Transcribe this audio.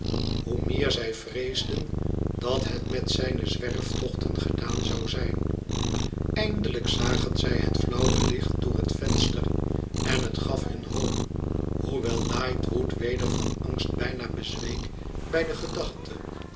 hoe meer zij vreesden dat het met zijne zwerftochten gedaan zou zijn eindelijk zagen zij het flauwe licht door het venster en het gaf hun hoop hoewel lightwood weder van angst bijna bezweek bij de gedachte